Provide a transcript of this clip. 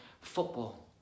football